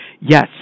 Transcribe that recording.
Yes